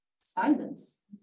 silence